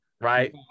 Right